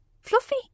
Fluffy